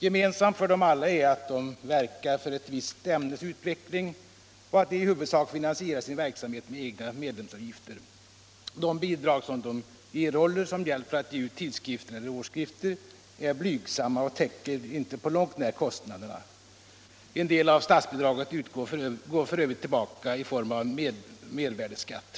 Gemensamt för dem alla är att de verkar för ett visst ämnes utveckling och att de i huvudsak finansierar sin verksamhet med egna medlemsavgifter. De — Nr 33 bidrag man erhåller som hjälp för att ge ut tidskrifter eller årsskrifter Torsdagen den är blygsamma och täcker inte på långt när kostnaderna. En del av stats 25 november 1976 bidraget går f.ö. tillbaka i form av mervärdeskatt.